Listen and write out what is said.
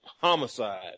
homicide